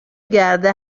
گرده